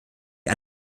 die